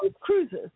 cruises